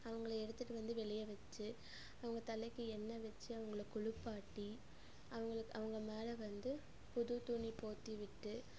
அவங்கள எடுத்துகிட்டு வந்து வெளியே வச்சு அவங்க தலைக்கு எண்ணெய் வச்சு அவங்கள குளிப்பாட்டி அவங்களுக்கு அவங்க மேலே வந்து புது துணி போர்த்தி விட்டு